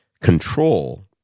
control